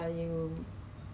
very eventful